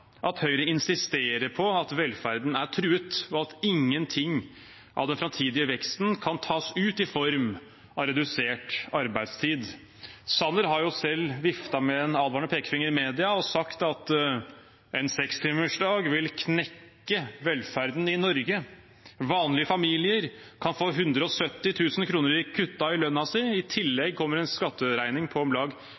at Høyre insisterer på at velferden er truet, og at ingenting av den framtidige veksten kan tas ut i form av redusert arbeidstid. Sanner har selv viftet med en advarende pekefinger i media og sagt at: «En sekstimersdag vil knekke velferden i Norge. Vanlige familier kan få 170 000 kroner i redusert lønn, i